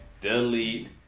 delete